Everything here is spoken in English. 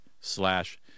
slash